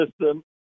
system